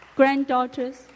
granddaughters